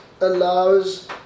allows